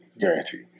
Guaranteed